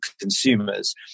consumers